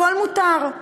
הכול מותר.